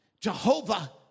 Jehovah